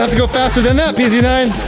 ah go faster than that p z nine.